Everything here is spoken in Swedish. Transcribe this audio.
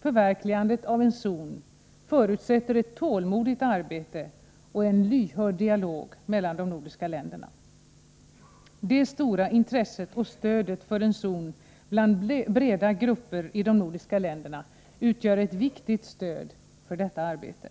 Förverkligandet av en zon förutsätter ett tålmodigt arbete och en lyhörd dialog mellan de nordiska länderna. Det stora intresset och stödet för en zon bland breda grupper i de nordiska länderna utgör ett viktigt stöd för detta arbete.